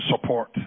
support